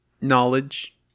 Knowledge